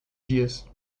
dias